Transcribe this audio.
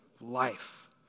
life